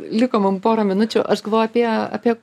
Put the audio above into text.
liko mum porą minučių aš galvoju apie apie